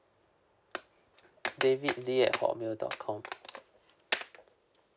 david lee at hotmail dot com